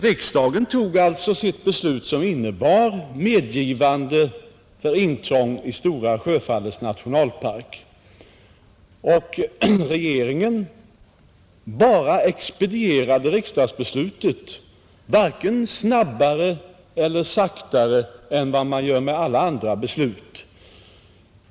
Riksdagen fattade beslut som innebar medgivande till intrång i Stora Sjöfallets nationalpark, och regeringen expedierade riksdagsbeslutet — varken snabbare eller långsammare än vad man gör med alla andra beslut.